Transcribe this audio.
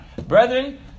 Brethren